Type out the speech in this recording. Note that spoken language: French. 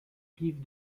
rives